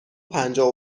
پنجاه